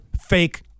fake